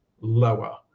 lower